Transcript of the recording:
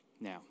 Now